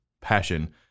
passion